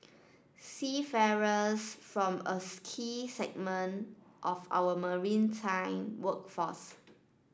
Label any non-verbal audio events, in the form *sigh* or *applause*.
seafarers form a *unintelligible* key segment of our maritime workforce